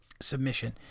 submission